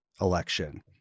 election